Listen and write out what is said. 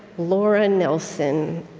laura nelson,